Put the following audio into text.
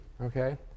okay